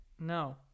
No